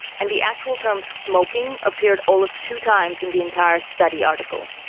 and the actual term smoking appeared all of two times in the entire study article.